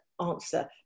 answer